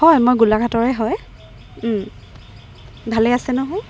হয় মই গোলাঘাটৰে হয় ভালে আছে নহয়